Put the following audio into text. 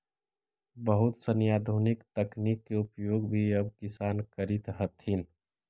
बहुत सनी आधुनिक तकनीक के उपयोग भी अब किसान करित हथिन